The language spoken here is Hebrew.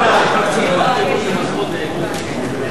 התרבות והספורט נתקבלה.